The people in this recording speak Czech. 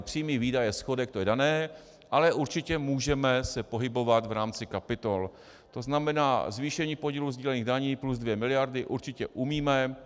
Příjmy, výdaje, schodek, to je dané, ale určitě můžeme se pohybovat v rámci kapitol, tzn. zvýšení podílu sdílených daní plus 2 miliardy určitě umíme.